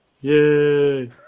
Yay